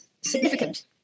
significant